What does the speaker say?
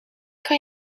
kan